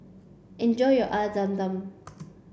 enjoy your air Zam Zam